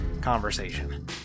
conversation